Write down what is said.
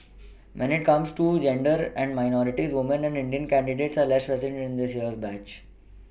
when it comes to gender and minorities woman and indian candidates are less present in this year's batch